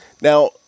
Now